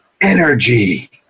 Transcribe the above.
energy